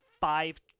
five